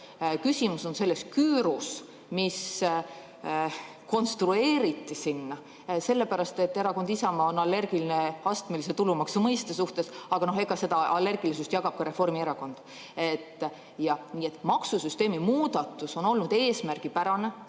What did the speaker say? Küsimus on selles küürus, mis konstrueeriti sinna sellepärast, et Isamaa Erakond on allergiline astmelise tulumaksu mõiste suhtes, aga seda allergilisust jagab ka Reformierakond. Nii et maksusüsteemi muudatus on olnud eesmärgipärane,